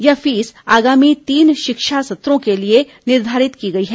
यह फीस आगामी तीन शिक्षा सत्रों के लिए निर्धारित की गई है